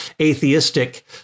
atheistic